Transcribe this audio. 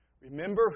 Remember